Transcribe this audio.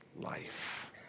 life